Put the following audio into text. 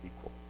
equal